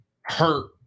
hurt